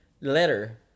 letter